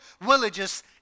villages